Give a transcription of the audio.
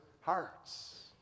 hearts